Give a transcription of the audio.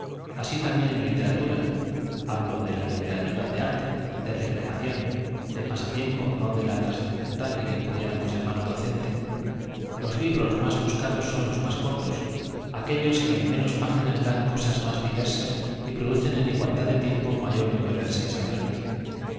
así también en iiter atur a hablo de la literatura de arte de recreación de pasatiempo no de la trascendental pudiéramos llamar docente los y que libros más buscados son los mas cortos aquellos que en menos páginas dan cosas más diversas y producen en igualdad de tiempo mayor número de sensaciones